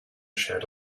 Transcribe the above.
shed